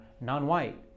non-white